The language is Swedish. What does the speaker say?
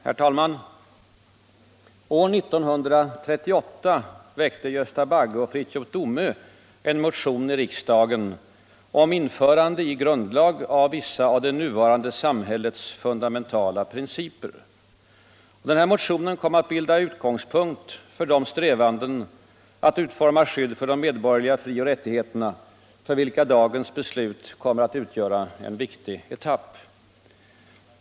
Herr talman! År 1938 väckte Gösta Bagge och Fritiof Domö m.fl. en motion i riksdagen om införande i grundlag av vissa av det nuvarande samhällets fundamentala principer. Motionen kom att bilda utgångspunkt för de strävanden att utforma ett skydd för de medborgerliga frioch rättigheterna för vilka dagens beslut kommer att utgöra en viktig etapp.